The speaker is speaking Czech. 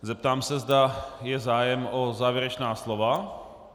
Zeptám se, zda je zájem o závěrečná slova.